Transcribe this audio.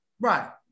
Right